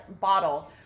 bottle